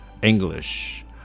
English